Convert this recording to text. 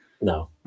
No